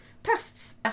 Pests